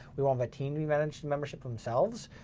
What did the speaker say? we want that team to be managing membership themselves.